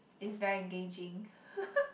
is very engaging